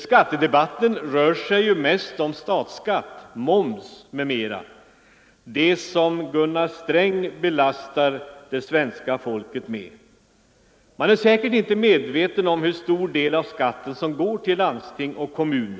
Skattedebatten rör sig ju mest om statsskatt, moms m.m. —- ”det som Gunnar Sträng belastar det svenska folket med”. Man är säkert inte medveten om hur stor del av skatten som går till landsting och kommun.